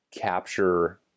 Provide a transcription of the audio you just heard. capture